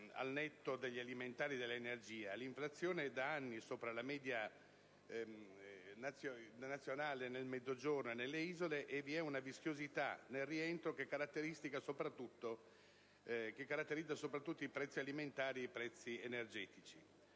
L'inflazione è da anni sopra la media nazionale nel Mezzogiorno e nelle isole e vi è una vischiosità nel rientro che caratterizza soprattutto i prezzi alimentari e quelli energetici.